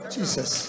Jesus